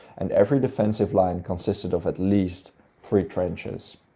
and every defensive line consisted of at least three trenches.